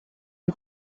und